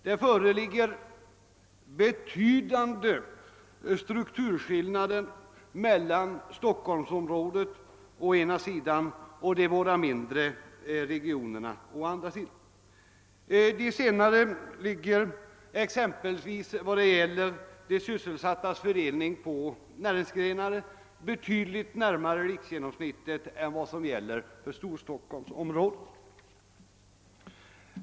Det föreligger betydande strukturskillnader mellan å ena sidan Stockholmsområdet och å andra sidan de båda mindre regionerna. De senare ligger när det gäller exempelvis fördelning av sysselsättningen på näringsgrenar betydligt närmare riksgenomsnittet än vad som är fallet med Storstockholmsområdet.